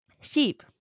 Sheep